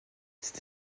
cet